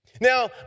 Now